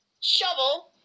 shovel